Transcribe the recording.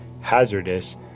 hazardous